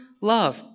love